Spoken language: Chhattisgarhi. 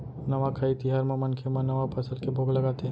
नवाखाई तिहार म मनखे मन नवा फसल के भोग लगाथे